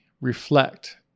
reflect